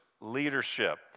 leadership